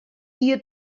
dia